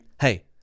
hey